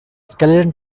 skeleton